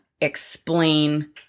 explain